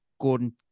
Gordon